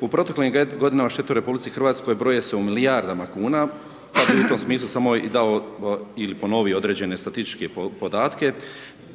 U proteklim godinama, štete u RH broje se u milijardama kuna, pa u tom smislu samo i dao ili ponovio određene statističke podatke,